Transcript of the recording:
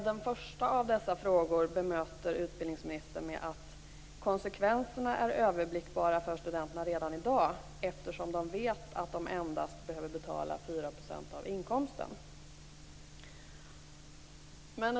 Den första av dessa frågor bemöter utbildningsministern med att säga att konsekvenserna är överblickbara för studenterna redan i dag, eftersom de vet att de endast behöver betala 4 % av inkomsten.